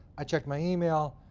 i checked my email,